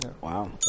Wow